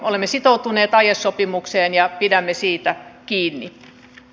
olemme sitoutuneet aiesopimukseen ja pidämme siitä kiinni